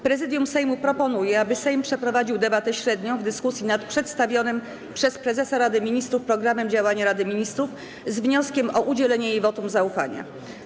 Prezydium Sejmu proponuje, aby Sejm przeprowadził debatę średnią w dyskusji nad przedstawionym przez prezesa Rady Ministrów programem działania Rady Ministrów z wnioskiem o udzielenie jej wotum zaufania.